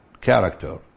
Character